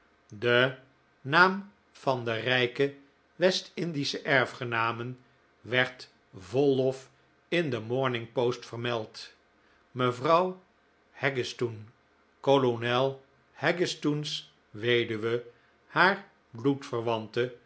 de naam van de rijke west-indische erfgename werd vol lof in de morning post vermeld mevrouw haggistoun kolonel haggistoun's weduwe haar